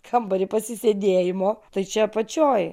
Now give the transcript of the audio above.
kambarį pasisėdėjimo tai čia apačioj